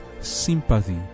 sympathy